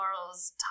morals